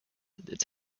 that